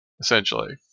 essentially